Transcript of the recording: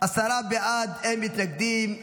עשרה בעד, אין מתנגדים.